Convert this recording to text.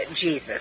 Jesus